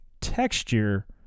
texture